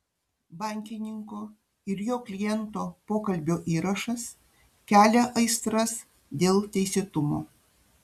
bankininko ir jo kliento pokalbio įrašas kelia aistras dėl teisėtumo